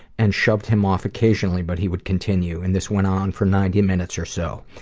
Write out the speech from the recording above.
and shoved him off occasionally, but he would continue, and this went on for ninety minutes or so.